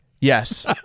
Yes